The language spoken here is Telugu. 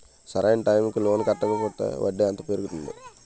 సరి అయినా టైం కి లోన్ కట్టకపోతే వడ్డీ ఎంత పెరుగుతుంది?